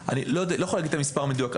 אני לא יכול להגיד את המספר המדויק,